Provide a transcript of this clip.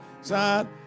side